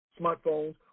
smartphones